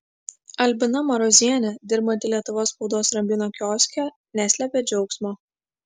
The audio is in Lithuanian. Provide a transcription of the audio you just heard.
albina marozienė dirbanti lietuvos spaudos rambyno kioske neslėpė džiaugsmo